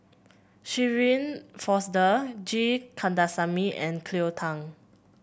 Shirin Fozdar G Kandasamy and Cleo Thang